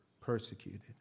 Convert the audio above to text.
Persecuted